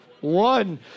One